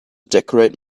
decorate